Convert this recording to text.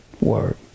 word